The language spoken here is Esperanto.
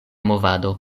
movado